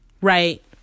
Right